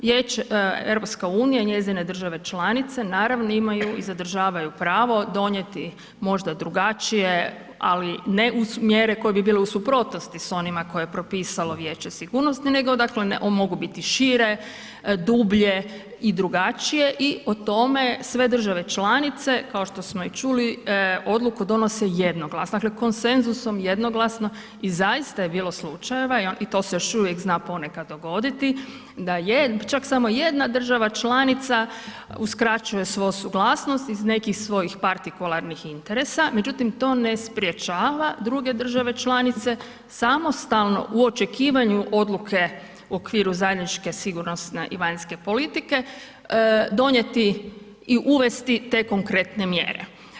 Vijeće, EU i njezine države članice naravno imaju i zadržavaju pravo donijeti možda drugačije ali ne mjere koje bi bile u suprotnosti s onima koje je propisalo Vijeće sigurnosti nego dakle mogu biti šire, dublje i drugačije i o tome sve države članice kao što smo i čuli odluku donose jednoglasno, dakle konsenzusom jednoglasno i zaista je bilo slučajeva i to se još uvijek zna ponekad dogoditi da je čak samo jedna država članica uskraćuje svoju suglasnost iz nekih svojih partikularnih interesa, međutim to ne sprječava druge države članice samostalno u očekivanju odluke u okviru zajedničke sigurnosne i vanjske politike donijeti i uvesti te konkretne mjere.